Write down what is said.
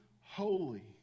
holy